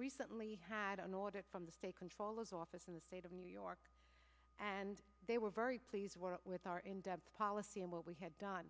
recently had an audit from the state controllers office in the state of new york and they were very pleased with our in depth policy and what we had done